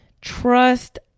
trust